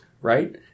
right